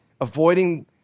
Avoiding